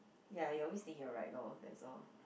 ya you always think you're right lor that's all